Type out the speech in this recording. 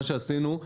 מה שעשינו,